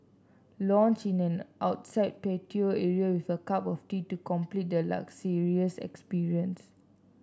lounge in an outside patio area with a cup of tea to complete the luxurious experience